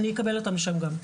אני אקבל אותן לשם גם.